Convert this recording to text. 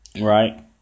Right